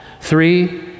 Three